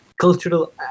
cultural